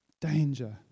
Danger